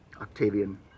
Octavian